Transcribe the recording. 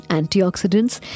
antioxidants